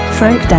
frank